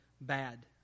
bad